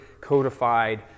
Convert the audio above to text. codified